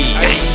hey